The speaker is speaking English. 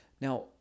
Now